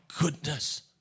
goodness